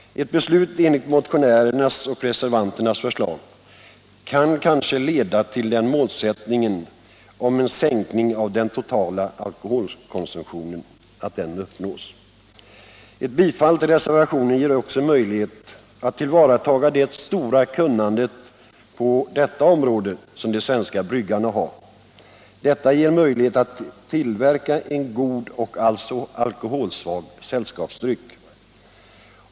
Ett beslut enligt motionärernas och reservanternas förslag kan kanske leda till att målsättningen om en sänkning av den totala alkoholkonsumtionen uppnås. Ett bifall till reservationen ger också möjlighet att tillvarata det stora kunnande på detta område som de svenska bryggarna har. Det ger möjlighet att tillverka en god och alkoholsvag sällskapsdryck.